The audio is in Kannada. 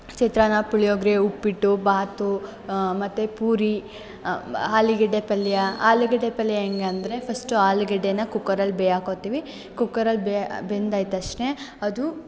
ಚಿತ್ರಾನ್ನ ಪುಳಿಯೋಗ್ರೆ ಉಪ್ಪಿಟ್ಟು ಬಾತ್ ಮತ್ತು ಪೂರಿ ಆಲಿಗಡ್ಡೆ ಪಲ್ಯ ಆಲುಗಡ್ಡೆ ಪಲ್ಯ ಹೆಂಗಂದ್ರೆ ಫಸ್ಟು ಆಲುಗಡ್ಡೆನ ಕುಕ್ಕರಲ್ಲಿ ಬೇಯ್ಸಾಕ್ಕೊತ್ತೀವಿ ಕುಕ್ಕರಲ್ಲಿ ಬೆಂದಾದ್ ತಕ್ಷ್ಣ ಅದು